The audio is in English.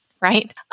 right